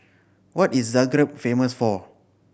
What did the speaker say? what is Zagreb famous for